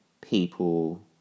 people